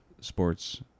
sports